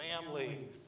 family